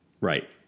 Right